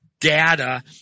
data